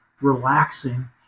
relaxing